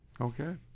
Okay